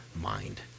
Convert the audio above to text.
mind